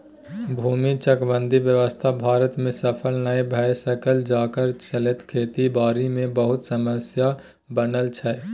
भूमि चकबंदी व्यवस्था भारत में सफल नइ भए सकलै जकरा चलते खेती बारी मे बहुते समस्या बनल छै